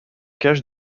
cachent